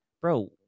bro